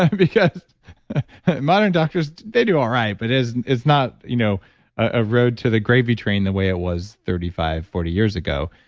and because modern doctors, they do all right, but it's not you know a road to the gravy train the way it was thirty five forty years ago.